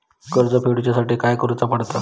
कर्ज काडूच्या साठी काय करुचा पडता?